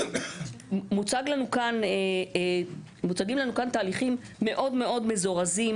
מוצגים לנו כאן תהליכים מאוד מאוד מזורזים,